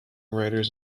writers